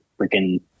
freaking